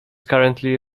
currently